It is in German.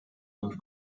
und